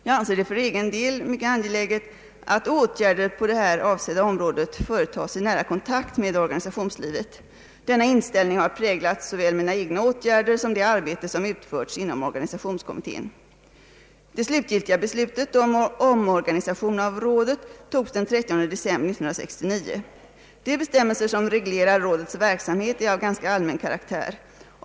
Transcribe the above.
Jag anser det för egen del mycket angeläget att åtgärder på det här avsedda området företas i nära kontakt med organisationslivet. Denna inställning har präglat såväl mina egna åtgärder som det arbete som utförts inom organisationskommittén. Det slutliga beslutet om omorganisation av rådet togs den 30 december 1969. De bestämmelser som reglerar rådets verksamhet är av ganska allmän karaktär.